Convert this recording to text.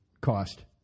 cost